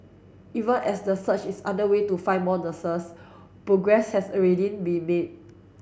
even as the search is underway to find more nurses progress has already been made